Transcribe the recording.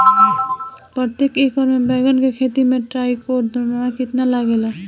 प्रतेक एकर मे बैगन के खेती मे ट्राईकोद्रमा कितना लागेला?